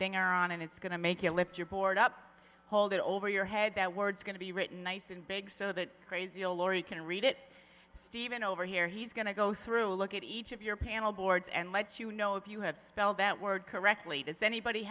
and it's going to make you lift your board up hold it over your head that word's going to be written nice and big so that crazy a lorry can read it stephen over here he's going to go through a look at each of your panel boards and let's you know if you have spell that word correctly does anybody